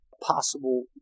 possible